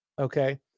Okay